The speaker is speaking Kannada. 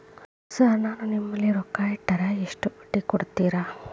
ಸರ್ ನಾನು ನಿಮ್ಮಲ್ಲಿ ರೊಕ್ಕ ಇಟ್ಟರ ಎಷ್ಟು ಬಡ್ಡಿ ಕೊಡುತೇರಾ?